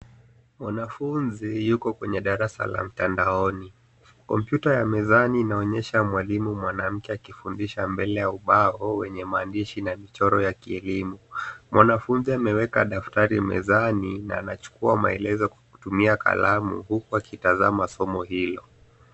Mwanafunzi yuko kwenye darasa la mtandaoni. Kompyuta ya mezani inaonyesha mwalimu mwanamke akifundisha mbele ya ubao wenye maandishi na michoro ya kielimu. Mwanafunzi ameweka daftari mezani na anachukua maelezo kwa kutumia kalamu huku akitazama somo hilo.